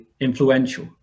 influential